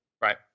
Right